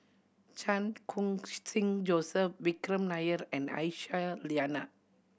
Chan Khun Sing Joseph Vikram Nair and Aisyah Lyana